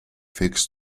fix